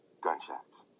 gunshots